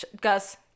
Gus